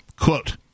Quote